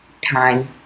time